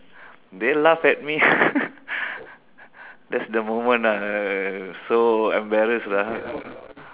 they laugh at me that's the moment ah so embarrassed lah